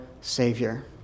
Savior